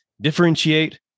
differentiate